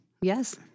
Yes